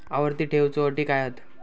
आवर्ती ठेव च्यो अटी काय हत?